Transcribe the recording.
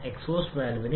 അതിൻറെ അർത്ഥമെന്താണ്